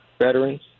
veterans